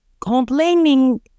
complaining